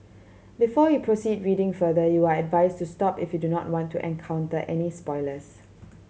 before you proceed reading further you are advised to stop if you do not want to encounter any spoilers